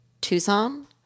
Tucson